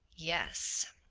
yes.